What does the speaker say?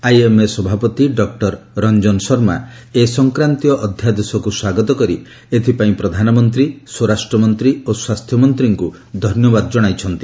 IMA ସଭାପତି doctor Ranjan Sharma ଏ ସଂକ୍ରାନ୍ତୀୟ ଅଧ୍ୟାଦେଶକ୍ତ ସ୍ୱାଗତ କରି ଏଥିପାଇଁ ପ୍ରଧାନମନ୍ତ୍ରୀ ସ୍ୱରାଷ୍ଟ୍ର ମନ୍ତ୍ରୀ ଓ ସ୍ୱାସ୍ଥ୍ୟମନ୍ତ୍ରୀଙ୍କୁ ଧନ୍ୟବାଦ ଜଣାଇଛନ୍ତି